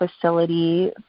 facility